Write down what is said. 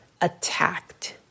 attacked